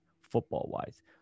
Football-wise